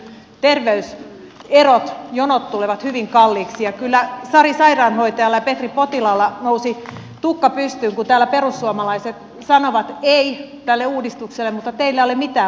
terveyserot ja jonot tulevat hyvin kalliiksi ja kyllä sari sairaanhoitajalla ja petri potilaalla nousi tukka pystyyn kun täällä perussuomalaiset sanoivat ei tälle uudistukselle mutta teillä ei ole mitään vaihtoehtoa